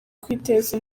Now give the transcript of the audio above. kwiteza